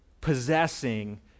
possessing